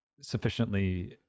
sufficiently